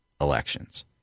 elections